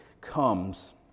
comes